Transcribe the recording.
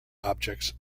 objects